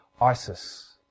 ISIS